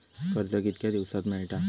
कर्ज कितक्या दिवसात मेळता?